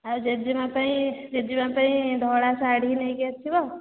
ଆଉ ଜେଜେମା ପାଇଁ ଜେଜେମା ପାଇଁ ଧଳା ଶାଢ଼ୀ ନେଇକି ଆସିବ